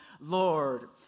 Lord